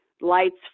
lights